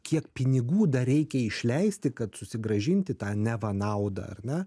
kiek pinigų dar reikia išleisti kad susigrąžinti tą neva naudą ar ne